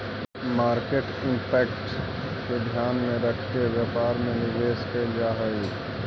market impact के ध्यान में रखके व्यापार में निवेश कैल जा हई